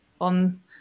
on